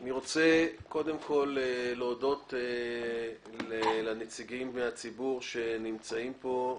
אני רוצה להודות לנציגים מהציבור שנמצאים פה.